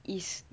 is